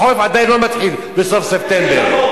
החורף עדיין לא מתחיל בסוף ספטמבר.